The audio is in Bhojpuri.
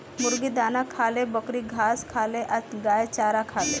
मुर्गी दाना खाले, बकरी घास खाले आ गाय चारा खाले